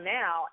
now